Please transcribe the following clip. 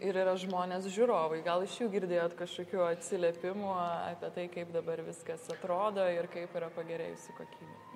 ir yra žmonės žiūrovai gal iš jų girdėjot kažkokių atsiliepimų apie tai kaip dabar viskas atrodo ir kaip yra pagerėjusi kokybė